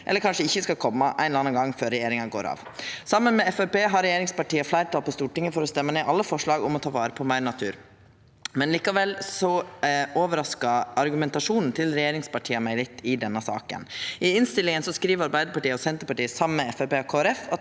eller kanskje ikkje skal koma ein eller annan gong før regjeringa går av. Saman med Framstegspartiet har regjeringspartia fleirtal på Stortinget for å stemma ned alle forslag om å ta vare på meir natur. Likevel overraskar argumentasjonen til regjeringspartia meg litt i denne saka. I innstillinga skriv Arbeidarpartiet og Senterpartiet saman med